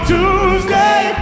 Tuesday